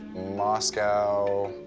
moscow,